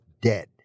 dead